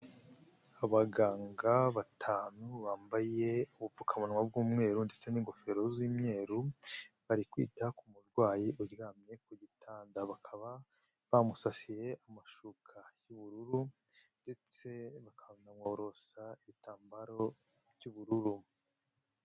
Abaganga batanu bambaye ubupfukamunwa bw'umweru ndetse n'ingofero z'imyeru, bari kwita ku murwayi uryamye ku gitanda, bakaba bamusasiye amashuka y'ubururu ndetse bakanamworosa ibitambaro by'ubururu.